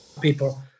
people